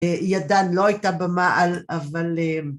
ידן לא הייתה במעל אבל